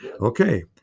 Okay